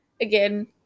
again